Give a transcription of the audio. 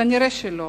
נראה שלא.